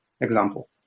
example